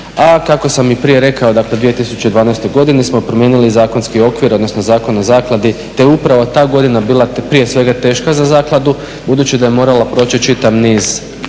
a kako sam i prije rekao dakle u 2012. godini smo promijenili zakonski okvir odnosno Zakon o zakladi te je upravo ta godina bila prije svega teška za Zakladu budući da je morala proći čitav niz